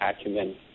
acumen